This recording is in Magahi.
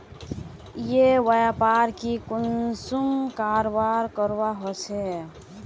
ई व्यापार की कुंसम करवार करवा होचे?